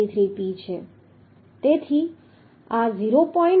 473P છે તેથી આ 0